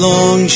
Long